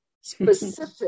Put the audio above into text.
specific